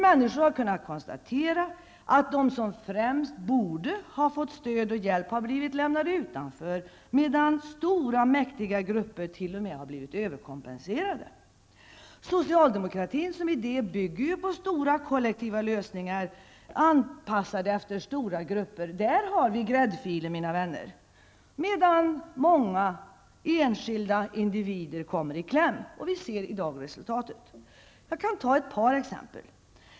Människor har kunnat konstatera att de som främst borde ha fått stöd och hjälp har blivit lämnade utanför, medan stora, mäktiga grupper t. o m. har blivit överkompenserade. Socialdemokratin som idé bygger ju på stora kollektiva lösningar, anpassade efter stora grupper. Där har vi gräddfilen, mina vänner, medan många enskilda individer kommer i kläm. Vi ser i dag resultatet. Jag kan ta ett par exempel.